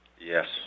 yes